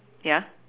ya